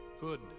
Good